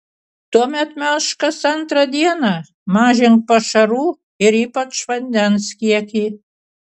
tuomet melžk kas antrą dieną mažink pašarų ir ypač vandens kiekį